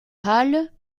halle